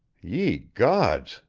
ye gods!